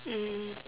mm